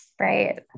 right